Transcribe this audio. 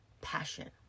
passion